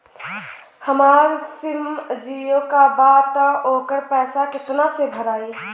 हमार सिम जीओ का बा त ओकर पैसा कितना मे भराई?